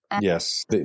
Yes